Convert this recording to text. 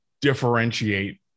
differentiate